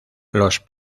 los